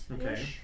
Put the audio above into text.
Okay